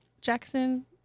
Jackson